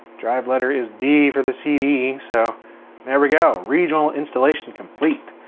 drive letter is d for this cd. so there we go, regional installation complete.